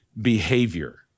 behavior